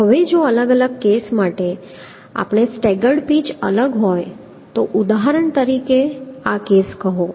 હવે જો અલગ અલગ કેસ માટે સ્ટગ્ગર્ડ પિચ અલગ હોય તો ઉદાહરણ તરીકે આ કેસ કહો